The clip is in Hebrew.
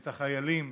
את החיילים.